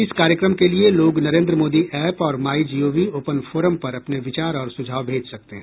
इस कार्यक्रम के लिए लोग नरेन्द्र मोदी ऐप और माईजीओवी ओपन फोरम पर अपने विचार और सुझाव भेज सकते हैं